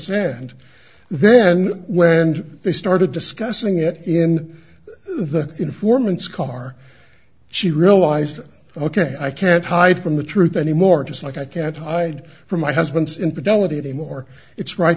sand then when they started discussing it in the informant's car she realized ok i can't hide from the truth anymore just like i can't hide from my husband's infidelity anymore it's right